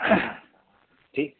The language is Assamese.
ঠিক